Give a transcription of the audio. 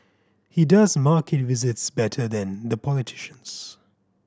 he does market visits better than the politicians